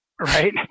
right